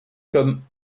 comme